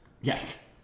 Yes